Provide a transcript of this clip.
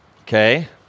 Okay